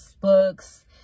books